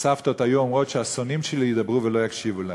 הסבתות היו אומרות: שהשונאים שלי ידברו ולא יקשיבו להם.